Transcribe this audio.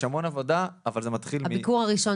יש המון עבודה, אבל זה מתחיל מהבנה מלאה.